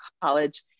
College